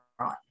right